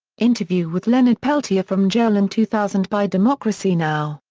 interview with leonard peltier from jail in two thousand by democracy now!